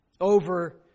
over